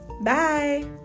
Bye